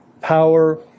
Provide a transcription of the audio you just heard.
power